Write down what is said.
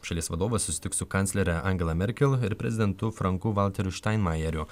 šalies vadovas susitiks su kanclere angela merkel ir prezidentu franku valteriu štainmajeriu